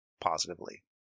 positively